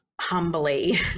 humbly